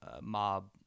mob